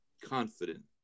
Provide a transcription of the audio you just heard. confident